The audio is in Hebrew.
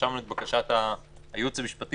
רשמנו את בקשת הייעוץ המשפטי.